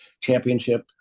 championship